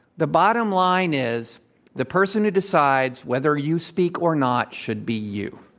the bottom line is the person who decides whether you speak or not should be you.